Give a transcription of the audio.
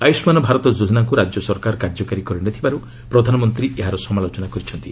ଆୟୁଷ୍କାନ୍ ଭାରତ ଯୋଜନାକୁ ରାଜ୍ୟ ସରକାର କାର୍ଯ୍ୟକାରି କରିନଥିବାରୁ ପ୍ରଧାନମନ୍ତ୍ରୀ ଏହାର ସମାଲୋଚନା କରିଛନ୍ତି